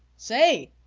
say!